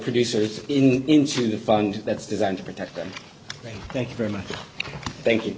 producers in into the fund that's designed to protect them thank you very much thank you